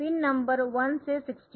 pin number 1 से 16